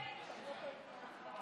ועדת הפנים.